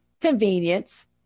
convenience